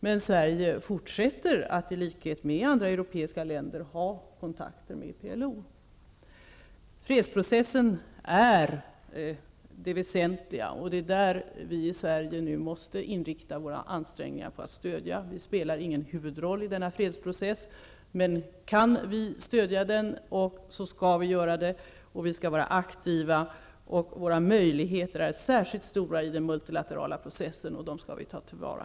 Men Sverige fortsätter att i likhet med andra europeiska länder ha kontakter med Fredsprocessen är det väsentliga, och det är den vi i Sverige måste inrikta våra ansträngningar på att stödja. Vi spelar ingen huvudroll i denna fredsprocess, men kan vi stödja skall vi göra det. Vi skall vara aktiva. Våra möjligheter är särskilt stora i den multilaterala processen, och de skall vi ta till vara.